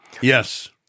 Yes